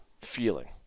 feeling